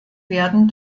werden